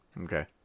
Okay